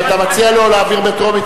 אם אתה מציע לו להעביר בטרומית,